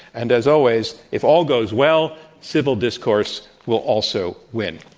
and as always, if all goes well, civil discourse will also win.